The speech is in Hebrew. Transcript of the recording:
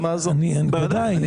בוודאי.